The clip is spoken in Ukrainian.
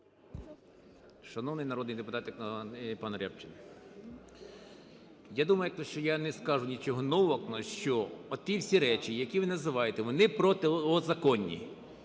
Шановний народний депутате пан Рябчин, я думаю, що я не скажу нічого нового, що оті всі речі, які ви називаєте, вони протизаконні.